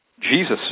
Jesus